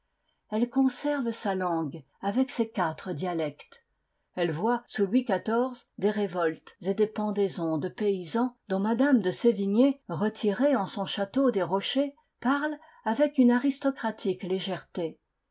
elle conserve sa langue avec ses quatre dialectes elle voit sous louis xiv des révoltes et des pendaisons de paysans dont m de sévigné retirée en son château des rochers parle avec une aristocratique légèreté